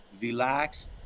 relax